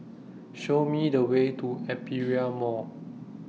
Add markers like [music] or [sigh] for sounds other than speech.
Show Me The Way to Aperia [noise] Mall